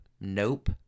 nope